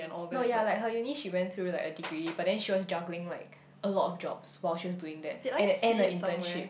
no yea like her uni she went to like a Degree but then she was juggling like a lot of jobs while she's doing that and that end the internship